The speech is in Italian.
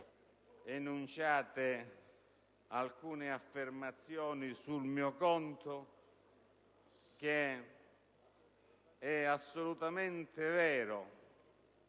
enunciate alcune affermazioni sul mio conto, di dire che è assolutamente vero